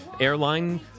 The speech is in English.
airline